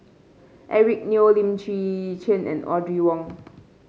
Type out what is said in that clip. Eric Neo Lim Chwee Chian and Audrey Wong